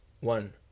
one